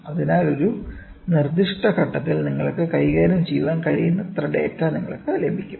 അതിനാൽ ഒരു നിർദ്ദിഷ്ട ഘട്ടത്തിൽ നിങ്ങൾക്ക് കൈകാര്യം ചെയ്യാൻ കഴിയുന്നത്ര ഡാറ്റ നിങ്ങൾക്ക് ലഭിക്കും